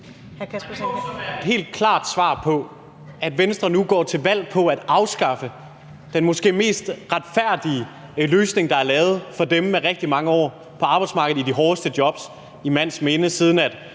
helt klart svar på, at Venstre nu går til valg på at afskaffe den måske mest retfærdige løsning, der er lavet for dem med rigtig mange år på arbejdsmarkedet i de hårdeste jobs i mands minde, siden